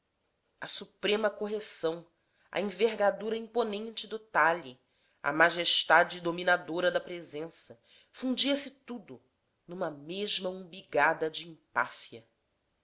a suprema correção a envergadura imponente do talhe a majestade dominadora da presença fundia se tudo numa mesma umbigada de empáfia